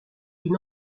une